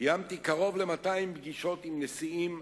קיימתי קרוב ל-200 פגישות עם נשיאים,